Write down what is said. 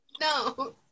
No